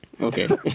Okay